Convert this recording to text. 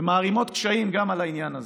ומערימות קשיים גם על העניין הזה.